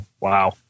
wow